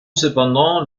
cependant